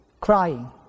crying